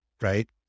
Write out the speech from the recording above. right